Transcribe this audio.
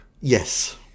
Yes